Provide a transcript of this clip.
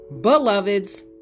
Beloveds